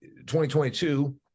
2022